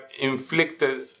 inflicted